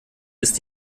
ist